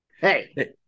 Hey